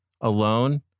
alone